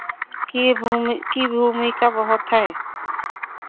की भूमि की भूमिका बहुत है